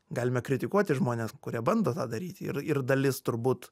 galime kritikuoti žmones kurie bando tą daryti ir ir dalis turbūt